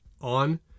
on